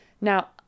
Now